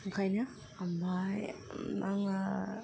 ओंखायनो ओमफ्राय माबा